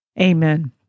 Amen